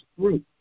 group